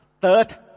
third